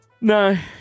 No